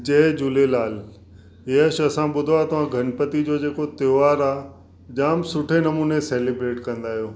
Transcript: जय झूलेलाल यश असां ॿुधो आहे तव्हां गणपति जो जेको त्योहारु आहे जाम सुठे नमूने सेलिब्रेट कंदा आहियो